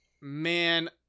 man